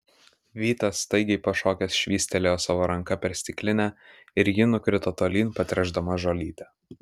vytas staigiai pašokęs švystelėjo savo ranka per stiklinę ir ji nukrito tolyn patręšdama žolytę